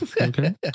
Okay